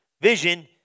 Vision